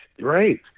right